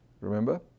Remember